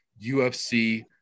UFC